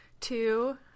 two